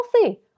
healthy